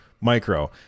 Micro